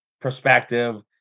perspective